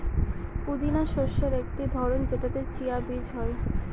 পুদিনা শস্যের একটি ধরন যেটাতে চিয়া বীজ হয়